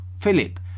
Philip